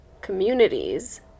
communities